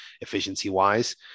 efficiency-wise